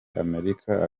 amerika